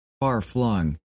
far-flung